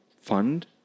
fund